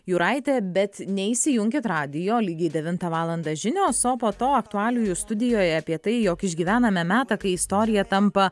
jūraitė bet neišsijunkit radijo lygiai devintą valandą žinios o po to aktualijų studijoje apie tai jog išgyvename metą kai istorija tampa